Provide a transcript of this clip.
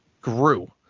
grew